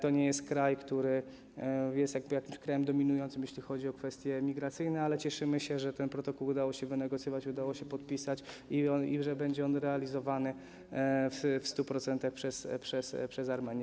To nie jest kraj, który jest jakimś krajem dominującym, jeśli chodzi o kwestie migracyjne, ale cieszymy się, że ten protokół udało się wynegocjować, udało się podpisać i że będzie on realizowany w 100% przez Armenię.